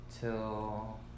Till